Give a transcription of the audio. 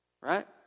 right